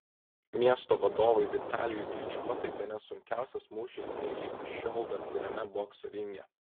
miesto vadovui vitalijui klyčko tai bene sunkiausias mūšis nei lig šiol bet kuriame bokso ringe